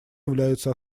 являются